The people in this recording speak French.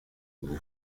vous